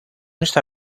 esta